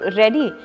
ready